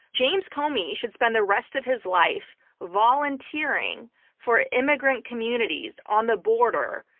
james comey should spend the rest of his life volunteering for immigrant communities on the border,